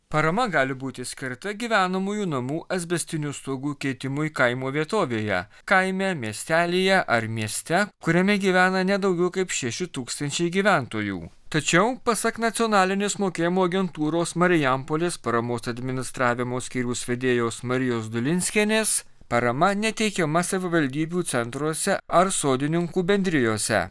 parama gali būti skirta gyvenamųjų namų asbestinių stogų keitimui kaimo vietovėje kaime miestelyje ar mieste kuriame gyvena ne daugiau kaip šeši tūkstančiai gyventojų tačiau pasak nacionalinės mokėjimo agentūros marijampolės paramos administravimo skyriaus vedėjos marijos dulinskienės parama neteikiama savivaldybių centruose ar sodininkų bendrijose